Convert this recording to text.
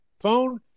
phone